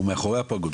הוא מאחורי הפרגוד,